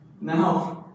No